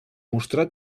mostrar